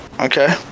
Okay